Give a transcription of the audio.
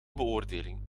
beoordelingen